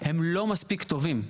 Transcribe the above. הם לא מספיק טובים.